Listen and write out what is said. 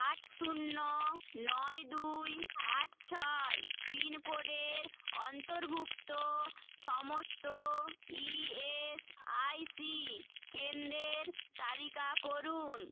আট শূন্য নয় দুই আট ছয় পিনকোডের অন্তর্ভুক্ত সমস্ত ইএসআইসি কেন্দ্রের তালিকা করুন